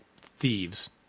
thieves